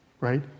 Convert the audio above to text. right